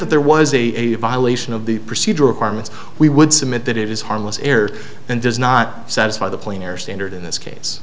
that there was a violation of the procedural requirements we would submit that it is harmless error and does not satisfy the plainer standard in this case